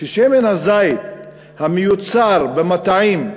ששמן הזית המיוצר במטעים,